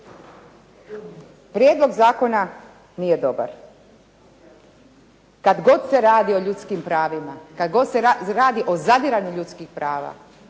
Prijedlog zakona nije dobar. Kad god se radi o ljudskim pravima, kad god se radi o zadiranju ljudskih prava,